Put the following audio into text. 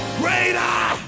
greater